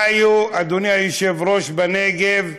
חיו בנגב,